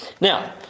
Now